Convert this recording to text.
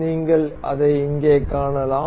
நீங்கள் அதை இங்கே காணலாம்